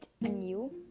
anew